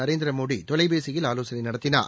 நரேந்திரமோடிதொலைபேசியில்ஆலோசனைநடத்தினார்